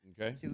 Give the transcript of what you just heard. Okay